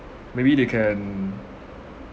maybe they can